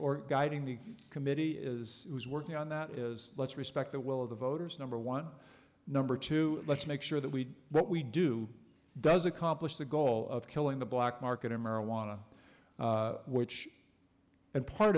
or guiding the committee is working on that is let's respect the will of the voters number one number two let's make sure that we what we do does accomplish the goal of killing the black market or marijuana which and part